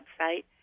website